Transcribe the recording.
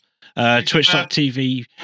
twitch.tv